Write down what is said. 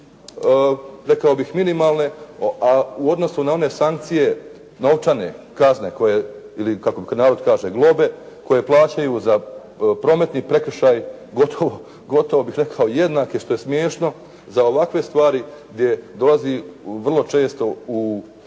rekao bih minimalne, a u odnosu na one sankcije, novčane kazne, ili kako narod kaže globe koje plaćaju prometni prekršaji, gotovo bih rekao jednake što je smiješno. gotovo bih rekao jednake što je